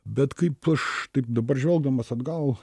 bet kaip aš taip dabar žvelgdamas atgal